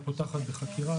היא פותחת בחקירה.